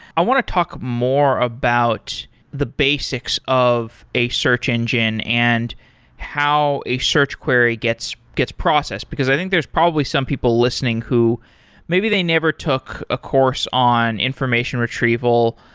i want to talk more about the basics of a search engine and how a search query gets gets processed, because i think there's probably some people listening who maybe they never took a course on information retrieval,